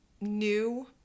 new